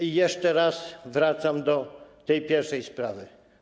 I jeszcze raz wracam do tej pierwszej sprawy.